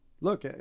look